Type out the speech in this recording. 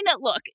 look